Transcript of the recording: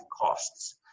costs